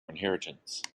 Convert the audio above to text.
inheritance